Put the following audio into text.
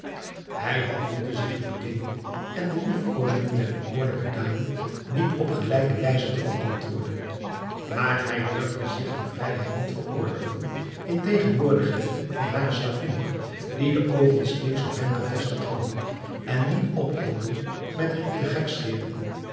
hij had moeite zich te bedwingen en de liefkozingen der bekoorlijke dame niet op gelijke wijze te beantwoorden maar hij durfde zich die vrijheid niet veroorloven in tegenwoordigheid van hare slavinnen die de oogen steeds op hem gevestigd hadden en niet ophielden met hem